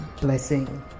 blessing